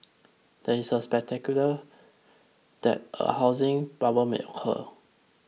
there is speculation that a housing bubble may occur